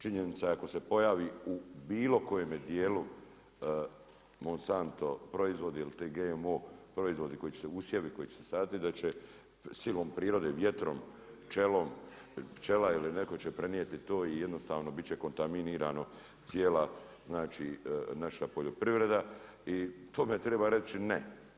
Činjenica je ako se pojavi u bilo kojemu dijelu Monsatu proizvodi ili GMO proizvodi koji su usjevi koji su sadili da će silom prirode, vjetrom, pčelom, pčela ili netko će prenijeti to i jednostavno biti će kontaminirano cijela naša poljoprivreda i tome treba reći ne.